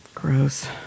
Gross